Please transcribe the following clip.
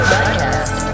Podcast